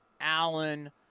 Allen